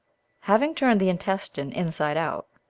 having turned the intestine inside out,